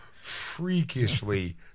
freakishly